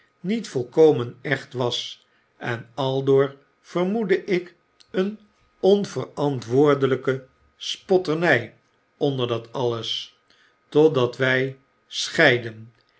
niet volkomen echt was en aldoor vermoedde ik een onverantwoordelijke spotterny onder dat alles totdat wy scheidden